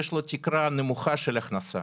יש לו תקרה נמוכה של הכנסה.